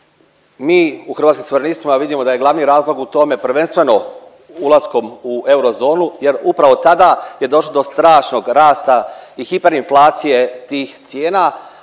Mi u Hrvatskim suverenistima vidimo da je glavni razlog u tome prvenstveno ulaskom u euro zonu jer upravo tada je došlo do strašnog rasta i hiperinflacije tih cijena